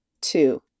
two